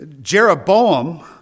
Jeroboam